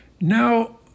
Now